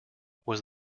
was